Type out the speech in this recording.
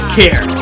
care